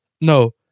no